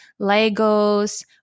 Legos